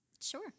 Sure